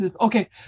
okay